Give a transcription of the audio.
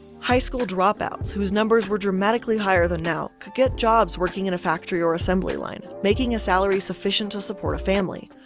high school dropouts, whose numbers were dramatically higher than now, could get jobs working in a factory or assembly line, making a salary sufficient to support a family.